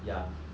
then